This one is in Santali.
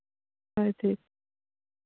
ᱦᱳᱭ ᱴᱷᱤᱠ